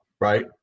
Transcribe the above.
Right